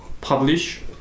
publish